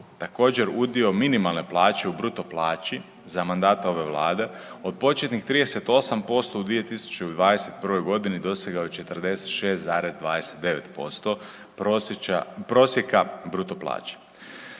Također udio minimalne plaće u bruto plaći za mandata ove vlade od početnih 38% u 2021.g. dosegao je 46,29% prosjeka bruto plaće.